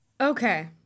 Okay